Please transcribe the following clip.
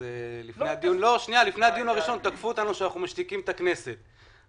לפני הדיון הראשון תקפו אותנו שאנחנו משתיקים את הכנסת.